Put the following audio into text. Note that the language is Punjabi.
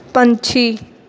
ਪੰਛੀ